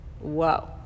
whoa